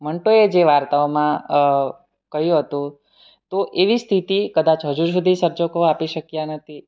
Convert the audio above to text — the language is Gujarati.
મંટોએ જે વાર્તાઓમાં કહ્યું હતું તો એવી સ્થિતિ કદાચ હજુ સુધી સર્જકો આપી શક્યા નથી